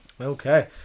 Okay